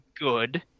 good